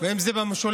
ואם זה במשולש,